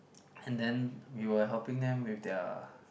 and then we were helping them with their